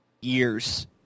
years